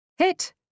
Hit